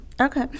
Okay